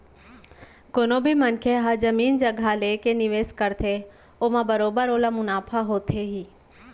कोनो भी मनसे ह जमीन जघा लेके निवेस करथे ओमा बरोबर ओला मुनाफा होथे ही